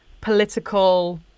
political